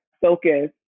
focus